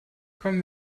kommen